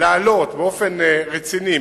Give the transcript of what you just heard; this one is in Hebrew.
להעלות באופן רציני,